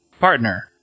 partner